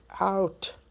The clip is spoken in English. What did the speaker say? out